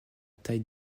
taille